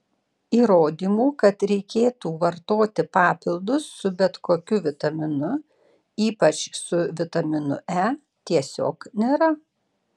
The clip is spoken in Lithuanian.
įrodymų kad reikėtų vartoti papildus su bet kokiu vitaminu ypač su vitaminu e tiesiog nėra